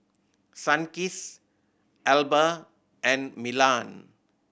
Sunkist Alba and Milan